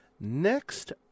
Next